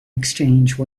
exchange